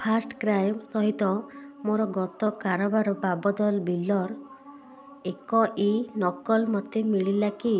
first cry ସହିତ ମୋର ଗତ କାରବାର ବାବଦର ବିଲ୍ର ଏକ ଇ ନକଲ୍ ମୋତେ ମିଳିଲା କି